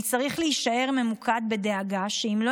אני צריך להישאר ממוקד בדאגה שאם לא